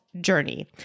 journey